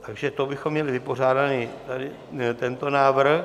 Takže to bychom měli vypořádaný tento návrh.